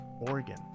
Oregon